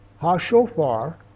ha-shofar